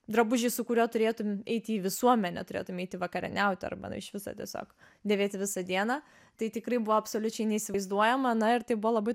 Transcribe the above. drabužiai su kuriuo turėtum eiti į visuomenę turėtum eiti vakarieniauti arba na iš viso tiesiog dėvėti visą dieną tai tikrai buvo absoliučiai neįsivaizduojama na ir tai buvo labai